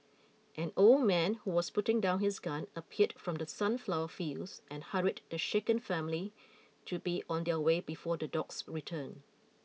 an old man who was putting down his gun appeared from the sunflower fields and hurried the shaken family to be on their way before the dogs return